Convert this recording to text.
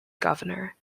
governor